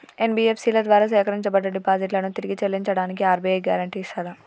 NBFC ల ద్వారా సేకరించబడ్డ డిపాజిట్లను తిరిగి చెల్లించడానికి ఆర్.బి.ఐ గ్యారెంటీ ఇస్తదా?